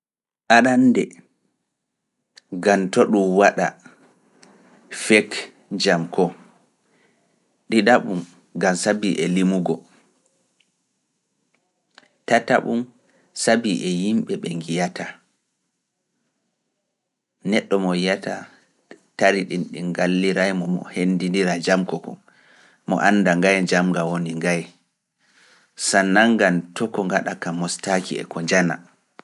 Arande, gantoo ɗum waɗa feek jam ko, ɗiɗaɓum, gantoo sabii e limugo, tataɓum sabii e yimɓe ɓin ngallira mo mo hendindira jam ko kono mo annda ngaay jam nga woni ngaay. Sanan ngan to ko ngaɗa kam mustaaki e ko njana.